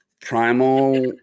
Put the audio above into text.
Primal